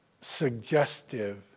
suggestive